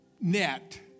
net